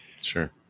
Sure